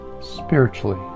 spiritually